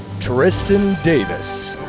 tristen davis.